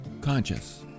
conscious